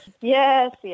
yes